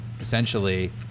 essentially